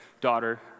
daughter